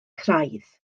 craidd